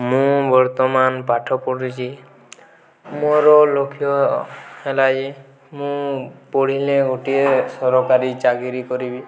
ମୁଁ ବର୍ତ୍ତମାନ ପାଠ ପଢ଼ୁଛି ମୋର ଲକ୍ଷ୍ୟ ହେଲା ଇଏ ମୁଁ ପଢ଼ିଲେ ଗୋଟିଏ ସରକାରୀ ଚାକିରି କରିବି